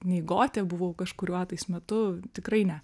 nei gotė buvau kažkuriuo tais metu tikrai ne